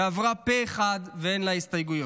עברה פה אחד ואין לה הסתייגויות.